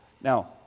Now